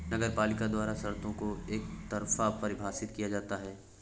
नगरपालिका द्वारा शर्तों को एकतरफा परिभाषित किया जाता है